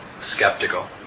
skeptical